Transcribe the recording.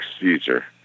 Caesar